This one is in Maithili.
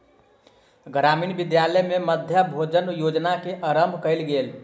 ग्रामीण विद्यालय में मध्याह्न भोजन योजना के आरम्भ कयल गेल